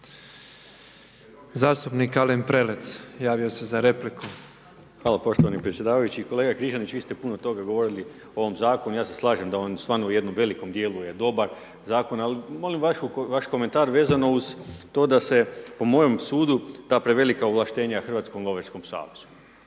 Zastupnik Alen Prelec, javio se za repliku. **Prelec, Alen (SDP)** Hvala poštovani predsjedavajući. Kolega Križanić, vi ste puno toga govorili o ovom zakonu, ja se slažem da je on u stvarno velikom djelu je dobar zakon, ali molim vaš komentar vezano uz to da komentar vezano uz to da se po mojem sudu da prevelika ovlaštenja Hrvatskom lovačkom savezu.